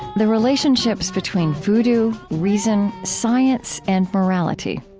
the relationships between vodou, reason, science, and morality.